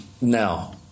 now